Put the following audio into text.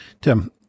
Tim